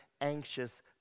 anxious